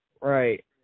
right